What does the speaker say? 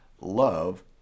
love